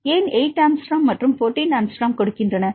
ஏன் 8 ஆங்ஸ்ட்ரோம் மற்றும் 14 ஆங்ஸ்ட்ரோம் கொடுக்கின்றன